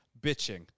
bitching